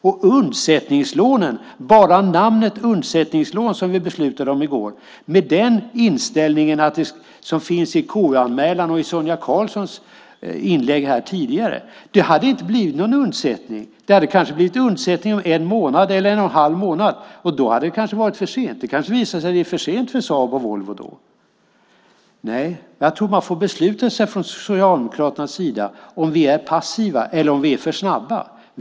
Med den inställning som finns i KU-anmälan och i Sonia Karlssons inlägg här tidigare till undsättningslånen - tänk bara namnet undsättningslån - som vi beslutade om i går hade det inte blivit någon undsättning. Det hade kanske blivit undsättning om en eller en och en halv månad, och då hade det kanske varit för sent. Det kan visa sig vara för sent för Saab och Volvo då. Jag tror att man får besluta sig från Socialdemokraternas sida för om vi är passiva eller om vi är för snabba.